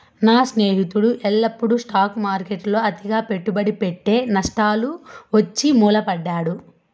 నా స్నేహితుడు ఎల్లప్పుడూ స్టాక్ మార్కెట్ల అతిగా పెట్టుబడి పెట్టె, నష్టాలొచ్చి మూల పడే